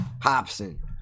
hobson